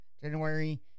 January